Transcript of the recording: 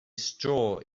straw